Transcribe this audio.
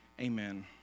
Amen